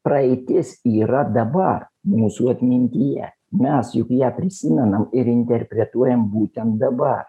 praeitis yra dabar mūsų atmintyje mes juk ją prisimenam ir interpretuojam būtent dabar